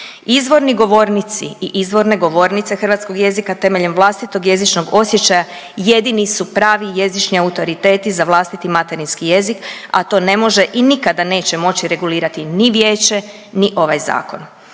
Izvorni govornici i izvorne govornice hrvatskog jezika temeljem vlastitog jezičnog osjećaja jedini su pravi jezični autoriteti za vlastiti materinski jezik, a to ne može i nikada neće moći regulirati ni Vijeće, ni ovaj zakon.